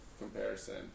comparison